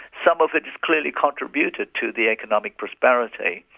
some of it's clearly contributed to the economic prosperity.